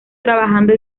trabajando